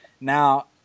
Now